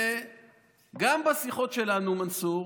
וגם בשיחות שלנו, מנסור,